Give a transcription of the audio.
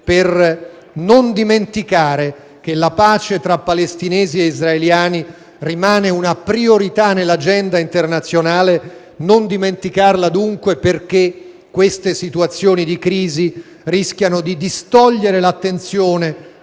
per non dimenticare che la pace tra palestinesi e israeliani rimane una priorità nell'agenda internazionale. Non bisogna dunque dimenticarlo, perché queste situazioni di crisi rischiano di distogliere l'attenzione